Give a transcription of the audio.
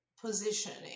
positioning